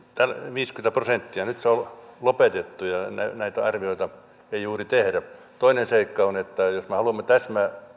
viisikymmentä prosenttia nyt se on lopetettu ja näitä arvioita ei juuri tehdä toinen seikka on että jos me haluamme täsmälleen